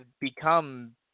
become